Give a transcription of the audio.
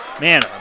Man